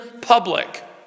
public